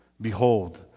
Behold